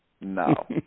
No